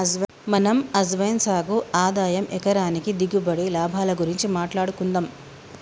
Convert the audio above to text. మనం అజ్వైన్ సాగు ఆదాయం ఎకరానికి దిగుబడి, లాభాల గురించి మాట్లాడుకుందం